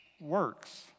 works